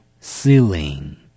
ceiling